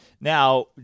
Now